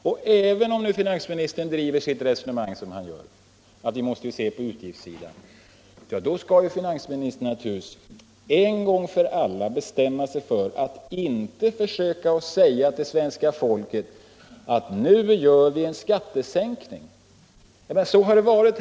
Men om finansministern driver sitt resonemang som han gör, nämligen att vi måste se på utgiftssidan, måste finansministern en gång för alla bestämma sig för att inte försöka säga till svenska folket att nu gör vi en skattesänkning. Så har det varit.